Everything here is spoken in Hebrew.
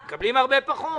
הם מקבלים הרבה פחות.